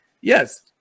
Yes